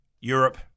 Europe